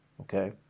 okay